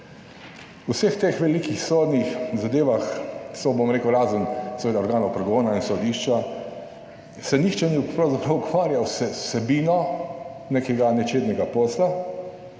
V vseh teh velikih sodnih zadevah so, bom rekel, razen seveda organov pregona in sodišča, se nihče ni pravzaprav ukvarjal z vsebino nekega nečednega posla